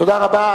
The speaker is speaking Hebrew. תודה רבה.